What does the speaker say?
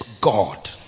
God